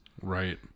Right